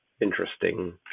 interesting